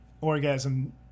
orgasm